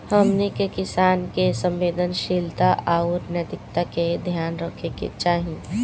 हमनी के किसान के संवेदनशीलता आउर नैतिकता के ध्यान रखे के चाही